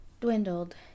dwindled